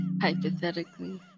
hypothetically